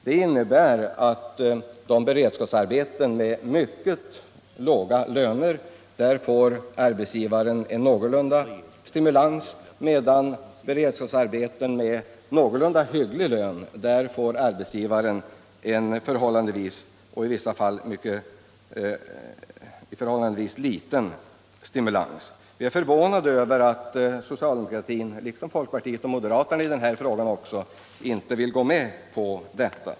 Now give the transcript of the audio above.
Den innebär att vid beredskapsarbeten med mycket låga löner får arbetsgivaren en någorlunda god stimulans, medan arbetsgivaren vid beredskapsarbeten med någorlunda hygglig lön får en förhållandevis liten stimulans. Vi är förvånade över att socialdemokraterna, liksom även folkpartisterna och moderaterna, inte vill gå med på detta.